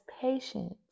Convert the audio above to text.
patience